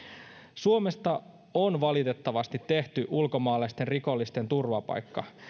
suomesta on valitettavasti tehty ulkomaalaisten rikollisten turvapaikka